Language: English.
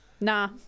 Nah